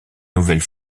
nouvelle